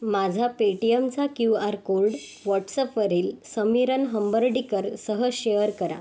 माझा पेटीएमचा Q R code व्हॉटसअपवरील समीरन हंबर्डीकरसह शेअर करा